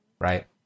right